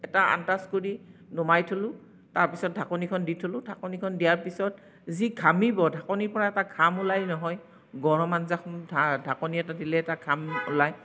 এটা আন্দাজ কৰি নুমাই থ'লো তাৰপিছত ঢাকনিখন দি থ'লো ঢাকনিখন দিয়াৰ পিছত যি ঘামিব ঢাকনিৰ পৰা এটা ঘাম ওলাই নহয় গৰম আঞ্জাখন ঢাকনি এটা দিলে এটা ঘাম ওলায়